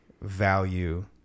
value